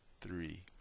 three